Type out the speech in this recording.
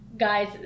Guys